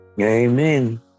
Amen